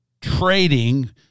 trading